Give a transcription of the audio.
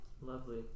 lovely